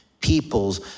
people's